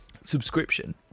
Subscription